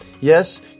Yes